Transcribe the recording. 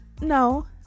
no